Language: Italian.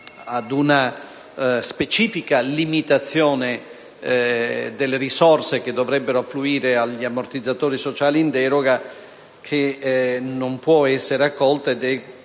a una specifica limitazione delle risorse, che dovrebbero affluire agli ammortizzatori sociali in deroga, che non può essere accolta,